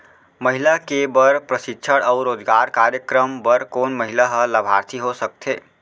महिला के बर प्रशिक्षण अऊ रोजगार कार्यक्रम बर कोन महिला ह लाभार्थी हो सकथे?